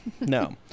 No